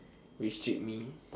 restrict me